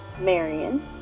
Marion